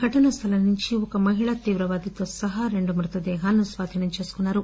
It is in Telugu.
ఘటనా స్టలం నుంచి ఒక మహిళా తీవ్రవాదితో సహా రెండు మృతదేహాలను స్వాధీనం దేసుకున్నారు